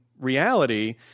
reality